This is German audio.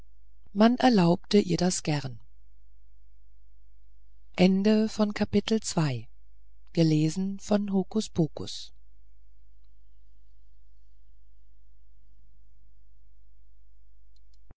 man erlaubte ihr das gern